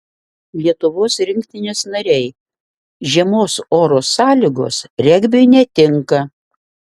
lietuvos rinktinės nariai žiemos oro sąlygos regbiui netinka